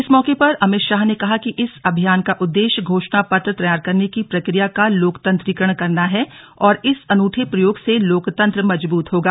इस मौके पर अमित शाह ने कहा कि इस अभियान का उद्देश्य घोषणापत्र तैयार करने की प्रक्रिया का लोकतंत्रीकरण करना है और इस अनूठे प्रयोग से लोकतंत्र मजबूत होगा